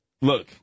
look